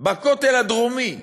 בכותל הדרומי?